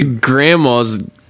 grandma's